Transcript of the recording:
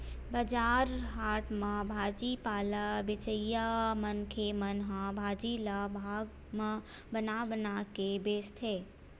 बजार हाट म भाजी पाला बेचइया मनखे मन ह भाजी ल भाग म बना बना के बेचथे